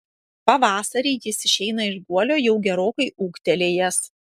pavasarį jis išeina iš guolio jau gerokai ūgtelėjęs